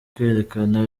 kwerekana